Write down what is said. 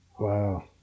Wow